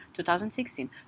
2016